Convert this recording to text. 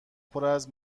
پراز